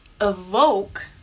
evoke